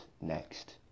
next